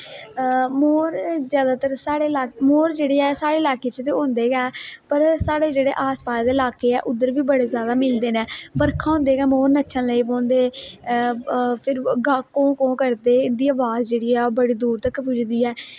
हां मोर ज्यादातर साढ़े इलाके च मोर जेहडे़ ऐ साडे लाके च होंदे गै नेई ऐ पर साडे जेहडे आसपास दे ल्हाके ऐ उद्धर बी बडे़ ज्यादा मिलदे न बर्खा होंदे गै मोर नच्चन लेई पौंदे फिर कों को करदे उंदी आबाज जेहड़ी ऐ बड़ी दूर तक पुजदी ऐ